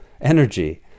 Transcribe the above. energy